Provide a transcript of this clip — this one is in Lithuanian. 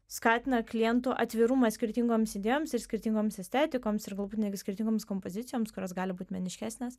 skatina klientų atvirumą skirtingoms idėjoms skirtingoms estetikoms ir galbūt netgi skirtingoms kompozicijoms kurios gali būt meniškesnės